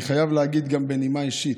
אני חייב להגיד גם בנימה אישית,